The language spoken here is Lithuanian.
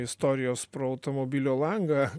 istorijos pro automobilio langą